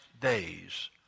days